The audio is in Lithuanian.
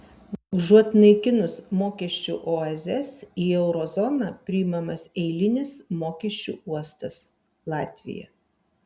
užuot naikinus mokesčių oazes į euro zoną priimamas eilinis mokesčių uostas latvija